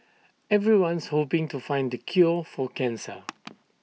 everyone's hoping to find the cure for cancer